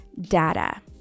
data